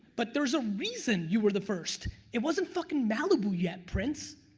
but there's a reason you were the first, it wasn't fuckin' malibu yet, prince.